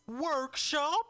Workshop